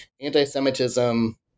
anti-Semitism